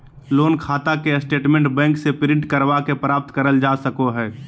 loan खाता के statement bank से प्रिंट करवा के प्राप्त करल जा सको हय